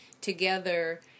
together